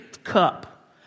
Cup